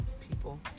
people